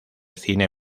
cine